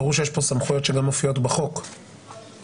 אמרו שיש פה סמכויות שגם מופיעות בחוק אבל